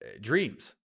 dreams